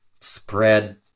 spread